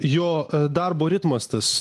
jo darbo ritmas tas